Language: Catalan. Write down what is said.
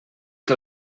que